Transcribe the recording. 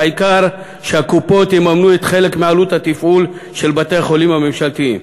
העיקר שהקופות יממנו חלק מעלות התפעול של בתי-החולים הממשלתיים.